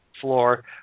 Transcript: floor